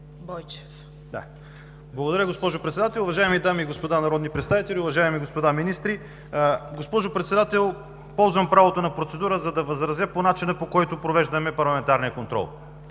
Благодаря, госпожо Председател. Уважаеми дами и господа народни представители, уважаеми господа министри! Госпожо Председател, ползвам правото на процедура, за да възразя, по начина, по който провеждаме парламентарния контрол.